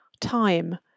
time